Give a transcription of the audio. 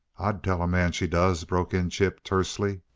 i'd tell a man she does! broke in chip, tersely.